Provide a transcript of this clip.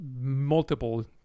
multiple